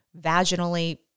vaginally